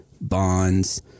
bonds